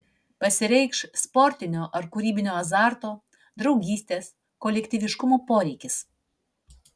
pasireikš sportinio ar kūrybinio azarto draugystės kolektyviškumo poreikis